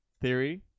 theory